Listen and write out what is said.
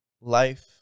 life